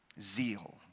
zeal